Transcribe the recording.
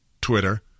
Twitter